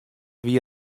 wie